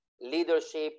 leadership